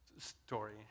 story